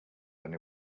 only